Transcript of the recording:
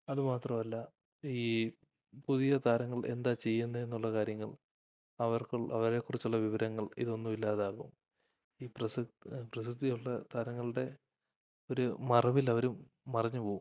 അതു മാത്രമല്ല ഈ പുതിയ താരങ്ങൾ എന്താ ചെയ്യുന്നതെന്നുള്ള കാര്യങ്ങൾ അവർ അവരേക്കുറിച്ചുള്ള വിവരങ്ങൾ ഇതൊന്നുമില്ലാതാകും ഈ പ്രശസ്തിയുള്ള താരങ്ങളുടെ ഒരു മറവിലവരും മറഞ്ഞു പോവും